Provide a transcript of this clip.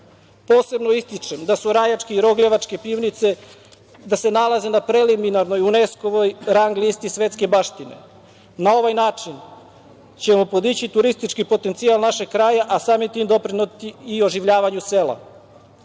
Posebno ističem da se Rajačke i Rogljevačke pivnice nalaze na preliminarnoj UNESKO rang listi svetske baštine. Na ovaj način ćemo podići turistički potencijal našeg kraja, a samim tim doprineti i oživljavanju sela. Sa